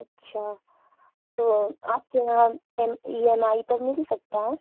اچھا تو آپ کے یہاں ایم ای ایم آئی پر مل سکتا ہے